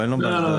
אני חולה.